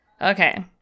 okay